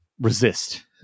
resist